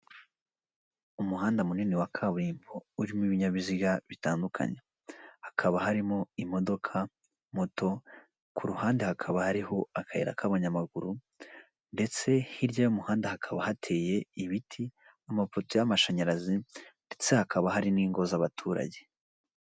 Umuhanda munini wa kaburimbo urimo ibinyabiziga bitandukanye, hakaba harimo imodoka moto, ku ruhande hakaba hariho akayira k'abanyamaguru ndetse hirya y'umuhanda hakaba hateye ibiti amapoto y'amashanyarazi ndetse hakaba hari n'ingo z'abaturage.